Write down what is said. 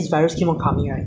and another point is like